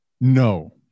No